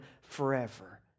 forever